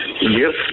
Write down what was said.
Yes